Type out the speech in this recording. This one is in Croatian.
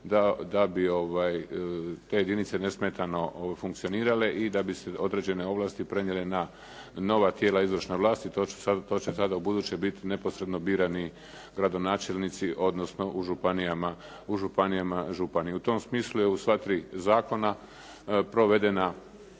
da bi te jedinice nesmetano funkcionirale i da bi se određene ovlasti prenijela na nova tijela izvršne vlasti. To će sada ubuduće biti neposredno birani gradonačelnici, odnosno u županijama župani. U tom smislu je u sva tri zakona provedeno